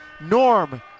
Norm